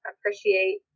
appreciate